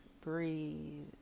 breathe